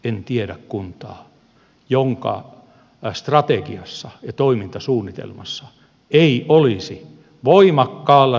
en tiedä kuntaa jonka strategiassa ja toimintasuunnitelmassa elinkeinopolitiikka ei olisi voimakkaalla sijalla